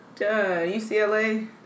UCLA